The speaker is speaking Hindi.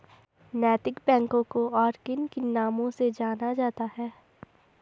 नैतिक बैंकों को और किन किन नामों से जाना जाता है?